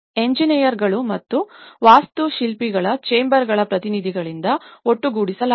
ಎಂಜಿನಿಯರ್ಗಳು ಮತ್ತು ವಾಸ್ತುಶಿಲ್ಪಿಗಳ ಚೇಂಬರ್ಗಳ ಪ್ರತಿನಿಧಿಗಳಿಂದ ಒಟ್ಟುಗೂಡಿಸಲಾಗುವುದು